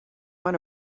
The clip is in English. want